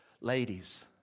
Ladies